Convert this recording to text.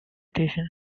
station